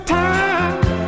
time